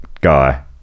guy